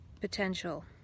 potential